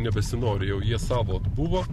nebesinori jau jie savo atbuvo